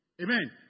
Amen